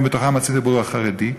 ובתוכן הציבור החרדי,